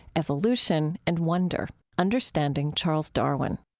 evolution and wonder understanding charles darwin.